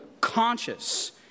conscious